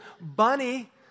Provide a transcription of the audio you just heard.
bunny